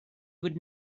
would